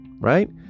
right